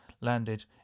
landed